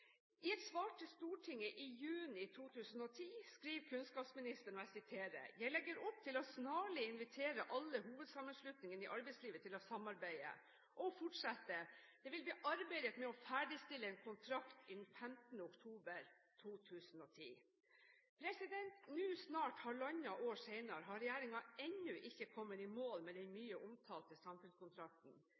I et svar til Stortinget i juni 2010 skriver kunnskapsministeren: «Jeg legger opp til å snarlig invitere alle hovedsammenslutningene i arbeidslivet til et samarbeid.» Hun fortsetter: «Det vil bli arbeidet med sikte på å ferdigstille en kontrakt innen 15. oktober.» Snart halvannet år senere har regjeringen ennå ikke kommet i mål med den mye omtalte samfunnskontrakten.